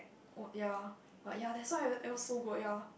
ya but ya that's why it was so good ya